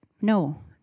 No